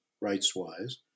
rights-wise